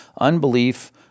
unbelief